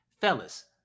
fellas